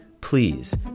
Please